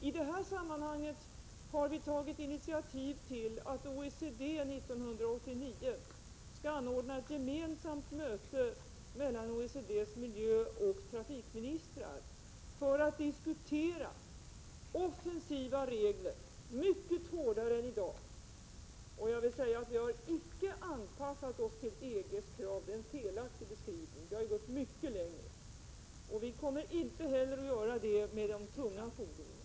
I detta sammanhang har vi tagit initiativ till att OECD 1989 skall anordna ett gemensamt möte mellan OECD:s miljöoch trafikministrar för att diskutera offensiva regler som är mycket hårdare än dagens. Jag vill säga att vi icke har anpassat oss till EG:s krav. Det är en felaktig beskrivning. Vi har gått mycket längre. Vi kommer inte heller att anpassa oss till EG när det gäller de tunga fordonen.